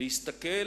להסתכל